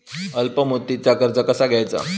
अल्प मुदतीचा कर्ज कसा घ्यायचा?